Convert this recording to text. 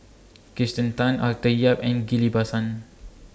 Kirsten Tan Arthur Yap and Ghillie BaSan